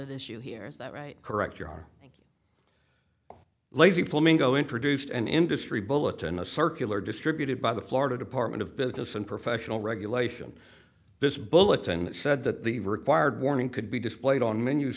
you here is that right correct you are lazy flamingo introduced an industry bulletin a circular distributed by the florida department of business and professional regulation this bulletin said that the required warning could be displayed on menus